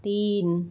तीन